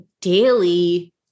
daily